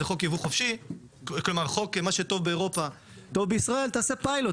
תעשה פיילוט,